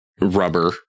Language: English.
rubber